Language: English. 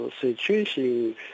situation